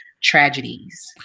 tragedies